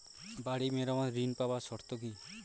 বাড়ি মেরামত ঋন পাবার শর্ত কি?